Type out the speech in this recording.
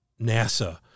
NASA